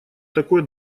такой